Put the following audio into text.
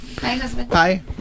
Hi